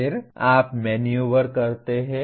फिर आप मनउवर करते हैं